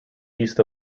east